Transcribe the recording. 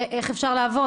איך אפשר לעבוד,